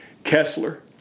Kessler